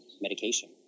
medication